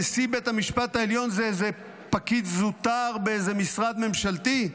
נשיא בית המשפט העליון זה פקיד זוטר באיזה משרד ממשלתי?